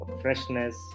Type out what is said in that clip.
freshness